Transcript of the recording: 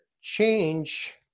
change